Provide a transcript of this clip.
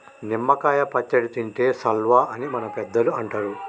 నిమ్మ కాయ పచ్చడి తింటే సల్వా అని మన పెద్దలు అంటరు